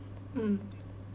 mm